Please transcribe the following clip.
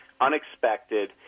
unexpected